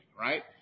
right